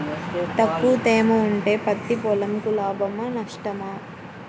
తక్కువ తేమ ఉంటే పత్తి పొలంకు లాభమా? నష్టమా?